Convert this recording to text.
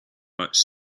much